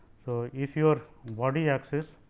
so, if your body axis